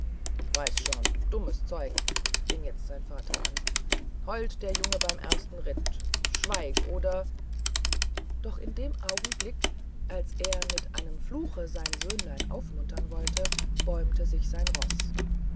weiß schon dummes zeug fing jetzt sein vater an heult der junge beim ersten ritt schweig oder doch den augenblick als er mit einem fluche sein söhnlein aufmuntern wollte bäumte sich sein roß